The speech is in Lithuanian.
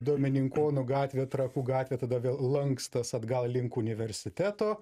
dominikonų gatvė trakų gatvė tada vėl lankstas atgal link universiteto